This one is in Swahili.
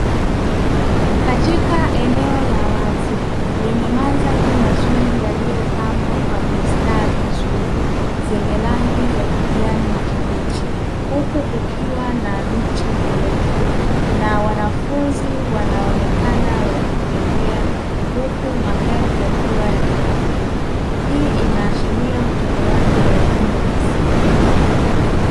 Katika eneo la wazi lenye mandhari mazuri yaliyopambwa kwa bustani nzuri zenye rangi ya kijani kibichi, huku kukiwa na miti mirefu na wanafunzi wanaonekana wakitembea huku magari yakiwa yamepakiwa, hii inaashiria utolewaji wa elimu ya msingi.